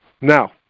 Now